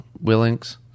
Willings